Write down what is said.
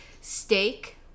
steak